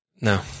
No